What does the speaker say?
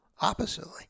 oppositely